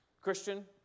Christian